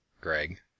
Greg